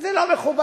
זה כבר לא מכובד.